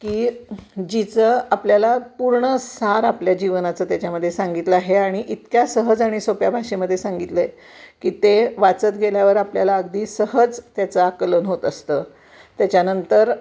की जिचं आपल्याला पूर्ण सार आपल्या जीवनाचं त्याच्यामध्ये सांगितलं आहे आणि इतक्या सहज आणि सोप्या भाषेमध्ये सांगितलं आहे की ते वाचत गेल्यावर आपल्याला अगदी सहज त्याचं आकलन होत असतं त्याच्यानंतर